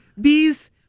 bees